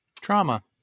Trauma